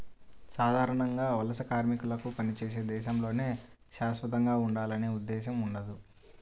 సాధారణంగా వలస కార్మికులకు పనిచేసే దేశంలోనే శాశ్వతంగా ఉండాలనే ఉద్దేశ్యం ఉండదు